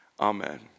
Amen